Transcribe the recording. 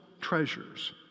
treasures